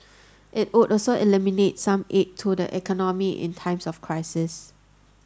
it would also eliminate some aid to the economy in times of crisis